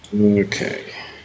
Okay